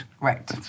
Right